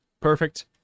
Perfect